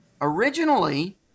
originally